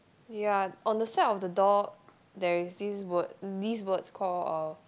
ya on the side of the door there is these words these words called uh